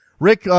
Rick